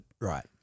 Right